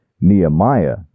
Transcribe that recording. Nehemiah